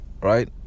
right